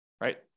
right